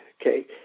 okay